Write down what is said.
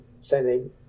sending